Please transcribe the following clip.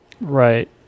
Right